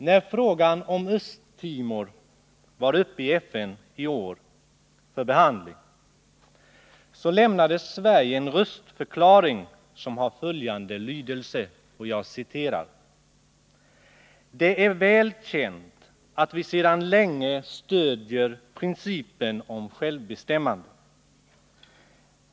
När frågan om Östtimor var uppe för behandling i FN i år lämnade Sverige en röstförklaring som har följande lydelse: ” Det är väl känt att vi sedan länge stödjer principen om självbestämmande.